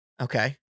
okay